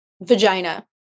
Vagina